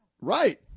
Right